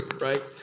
right